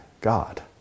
God